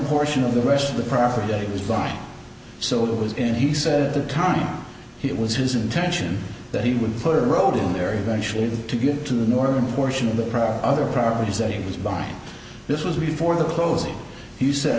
portion of the rest of the property that it was gone so it was in he said the town and it was his intention that he would put a road in there eventually to get to the northern portion of the other properties that he was buying this was before the closing he said